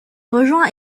rejoint